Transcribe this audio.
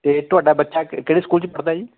ਅਤੇ ਤੁਹਾਡਾ ਬੱਚਾ ਕਿਹੜੇ ਸਕੂਲ 'ਚ ਪੜ੍ਹਦਾ ਜੀ